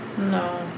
No